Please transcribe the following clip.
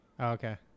okay